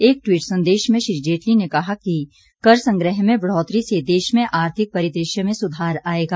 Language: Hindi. एक ट्वीट संदेश में श्री जेटली ने कहा कि कर संग्रह में बढ़ोतरी से देश में आर्थिक परिदृश्य में सुधार आयेगा